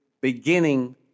beginning